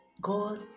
god